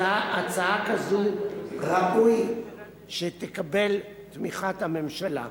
הצעה כזאת, ראוי שתקבל תמיכת הממשלה.